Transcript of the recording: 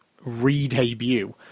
re-debut